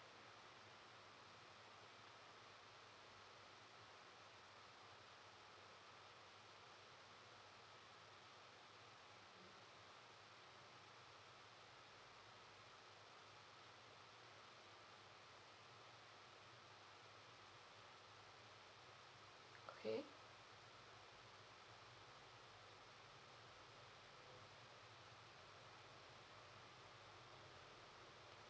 okay